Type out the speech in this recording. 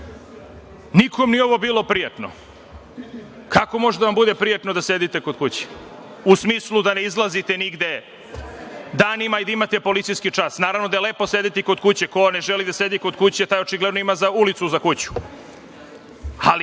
nikom ovo nije bilo prijatno. Kako može da vam bude prijatno da sedite kod kuće? U smislu da ne izlazite nigde danima i da imate policijski čas. Naravno da je lepo sedeti kod kuće, ko ne želi da sedi kod kuće, taj očigledno ima ulicu za kuću. Ali,